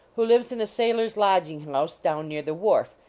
who lives in a sailors lodging-house down near the wharf,